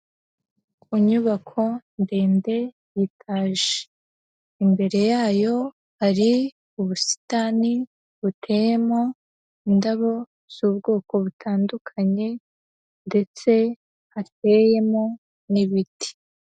Ku nyubako ndende ya etaje, imbere yayo hari ubusitani buteyemo indabo z'ubwoko butandukanye, ndetse hateyemo n'ibiti.